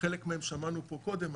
חלק מהן שמענו פה קודם,